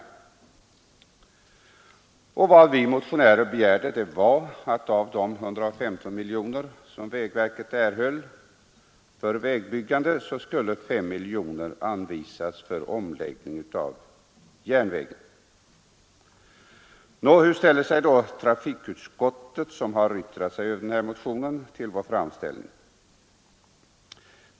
politiska åtgärder Vad vi motionärer begärt är att av de 115 miljoner som vägverket erhållit för vägbyggande skulle 5 miljoner anvisas för omläggning av järnvägen. Nå, hur ställer sig då trafikutskottet, som har yttrat sig över denna motion, till vår framställning?